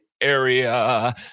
area